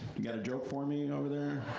you got a joke for me over there?